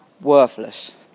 worthless